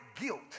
guilt